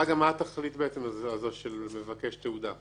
מה התכלית של לבקש תעודה?